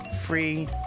free